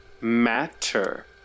Matter